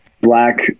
black